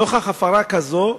נוכח הפרה כזו,